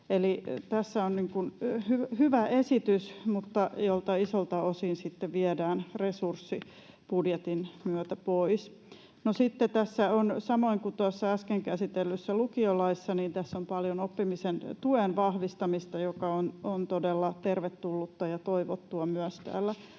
tässä on hyvä esitys, mutta isolta osin siltä sitten viedään resurssit budjetin myötä pois. No, sitten tässä on — samoin kuin tuossa äsken käsitellyssä lukiolaissa — paljon oppimisen tuen vahvistamista, mikä on todella tervetullutta ja toivottua myös tällä